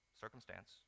circumstance